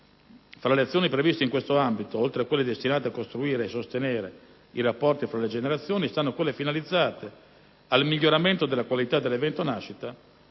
Tra le azioni previste in questo ambito, oltre a quelle destinate a costruire e sostenere i rapporti tra le generazioni, stanno quelle finalizzate al miglioramento della qualità dell'evento nascita